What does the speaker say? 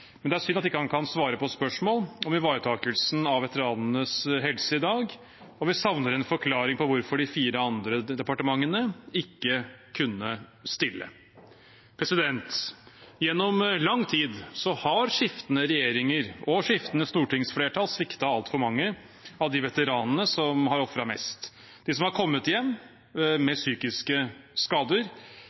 men det er synd at han ikke kan svare på spørsmål om ivaretakelsen av veteranenes helse i dag, og vi savner en forklaring på hvorfor de fire andre departementene ikke kunne stille. Gjennom lang tid har skiftende regjeringer og skiftende stortingsflertall sviktet altfor mange av de veteranene som har ofret mest – de som har kommet hjem med psykiske skader,